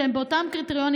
שהם באותם קריטריונים,